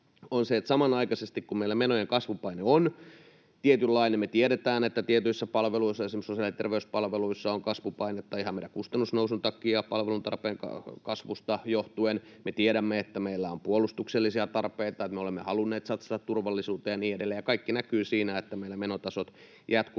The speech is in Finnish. on se, että samanaikaisesti kun meillä menojen kasvupaine on tietynlainen ja me tiedetään, että tietyissä palveluissa, esimerkiksi sosiaali‑ ja terveyspalveluissa, on kasvupainetta ihan meidän kustannusnousun takia, palveluntarpeen kasvusta johtuen, me tiedämme, että meillä on puolustuksellisia tarpeita, ja me olemme halunneet satsata turvallisuuteen ja niin edelleen, niin kaikki näkyy siinä, että meillä menotasot jatkuvasti